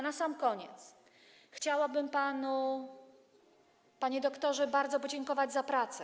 Na sam koniec chciałabym panu, panie doktorze, bardzo podziękować za pracę.